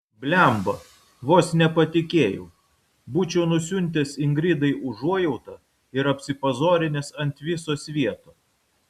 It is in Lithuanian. blemba vos nepatikėjau būčiau nusiuntęs ingridai užuojautą ir apsipazorinęs ant viso svieto